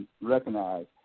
recognize